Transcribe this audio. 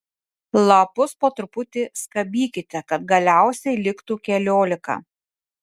lapus po truputį skabykite kad galiausiai liktų keliolika